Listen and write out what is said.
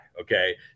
Okay